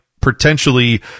potentially